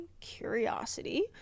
Curiosity